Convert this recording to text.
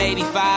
85